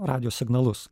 radijo signalus